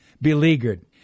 beleaguered